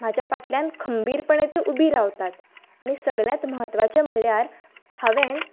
म्हाजा फाटल्यान खंबीरपणे तीं उबी रावतात आनी सगल्यांत म्हत्वाचें म्हणल्यार हांवेन